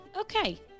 Okay